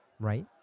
right